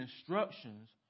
instructions